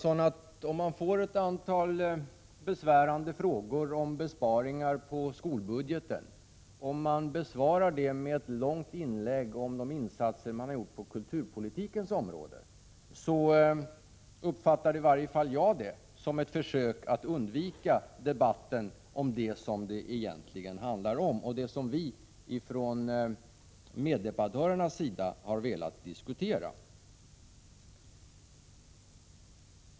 Om man får ett antal besvärande frågor om besparingar på skolbudgeten och besvarar dem med ett långt inlägg om de insatser man har gjort på kulturpolitikens område, kan det nog inte hjälpas att i varje fall jag uppfattar det som ett försök att undvika debatt om det som det egentligen handlar om och det som meddebattörerna har velat diskutera.